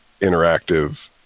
interactive